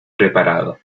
preparado